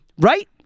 Right